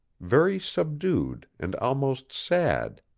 very subdued and almost sad.